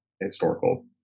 historical